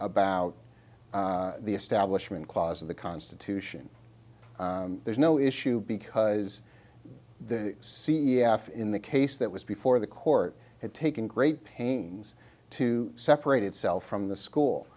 about the establishment clause of the constitution there's no issue because the c e f in the case that was before the court had taken great pains to separate itself from the school